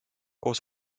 koos